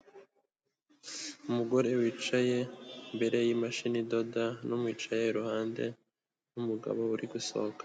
Umugore wicaye imbere y'imashini idoda n'umwicaye iruhande n'umugabo uri gusohoka.